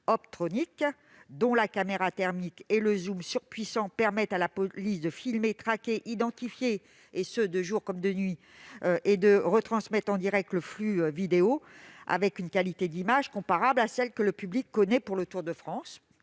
optronique », dont la caméra thermique et le zoom surpuissant permettent à la police de filmer, de traquer, d'identifier, de jour comme de nuit, et de retransmettre en direct le flux vidéo, avec une « qualité d'image comparable à celle que le public connaît pour le Tour de France